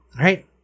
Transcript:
right